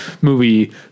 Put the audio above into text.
movie